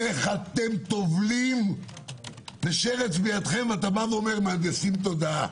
איך אתם טובלים ושרץ בידכם ואומרים: מהנדסים תודעה?